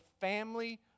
family